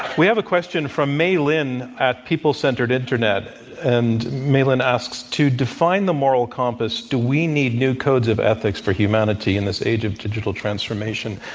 we have a question from may lynn at people-centered internet and may lynn asks, to define the moral compass, do we need new codes of ethics for humanity in this age of digital transformation?